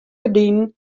gerdinen